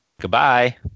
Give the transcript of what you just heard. Goodbye